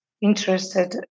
interested